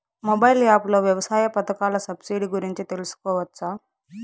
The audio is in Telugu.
మొబైల్ యాప్ లో వ్యవసాయ పథకాల సబ్సిడి గురించి తెలుసుకోవచ్చా?